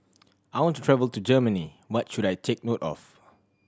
I want to travel to Germany what should I take note of